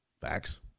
Facts